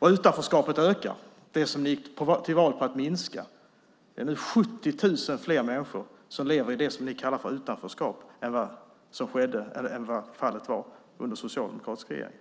Utanförskapet ökar, det som ni gick till val på att minska. Det är nu 70 000 fler människor som lever i det som ni kallar för utanförskap än vad fallet var under den socialdemokratiska regeringen.